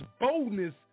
boldness